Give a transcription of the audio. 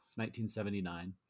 1979